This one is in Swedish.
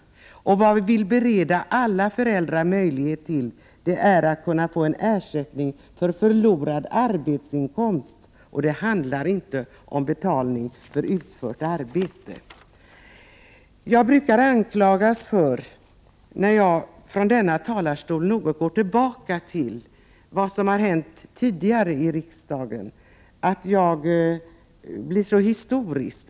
Det vi vill bereda alla föräldrar möjlighet till är att kunna få ersättning för förlorad arbetsinkomst. Det handlar inte om betalning för utfört arbete. Jag brukar, när jag från talarstolen går tilbaka något till vad som hänt tidgare i riksdagen, anklagas för att jag blir så historisk.